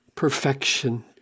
perfection